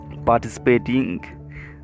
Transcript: participating